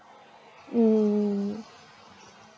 mm